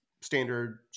standard